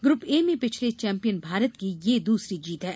group A में पिछले champion Bharat की यह दूसरी जीत है